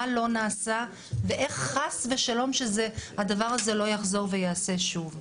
מה לא נעשה ואיך חס ושלום שהדבר הזה לא יחזור ויעשה שוב.